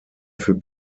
für